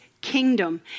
kingdom